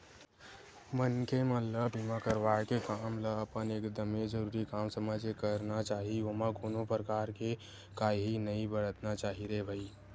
मनखे मन ल बीमा करवाय के काम ल अपन एकदमे जरुरी काम समझ के करना चाही ओमा कोनो परकार के काइही नइ बरतना चाही रे भई